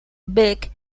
beck